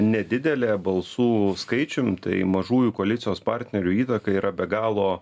nedidelė balsų skaičium tai mažųjų koalicijos partnerių įtaka yra be galo